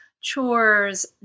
chores